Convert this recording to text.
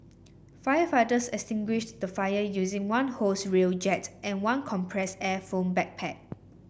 firefighters extinguished the fire using one hose reel jet and one compressed air foam backpack